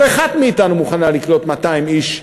כל אחת מאתנו מוכנה לקלוט 200 איש,